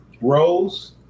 rose